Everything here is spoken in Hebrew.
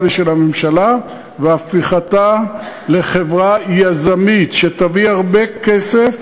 ושל הממשלה והפיכתה לחברה יזמית שתביא הרבה כסף.